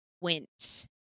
went